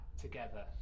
together